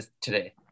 today